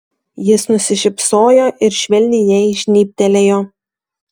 jis nusišypsojo ir švelniai jai žnybtelėjo